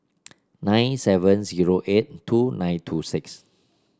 nine seven zero eight two nine two six